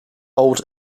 old